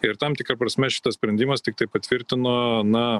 ir tam tikra prasme šitas sprendimas tiktai patvirtino na